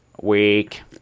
Week